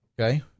Okay